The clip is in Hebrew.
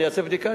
אני אעשה בדיקה,